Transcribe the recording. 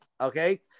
Okay